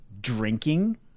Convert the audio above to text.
drinking